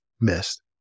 missed